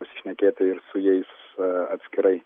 pasišnekėti ir su jais atskirai